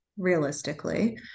Realistically